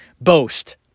boast